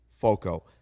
Foco